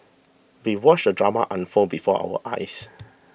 we watched the drama unfold before our eyes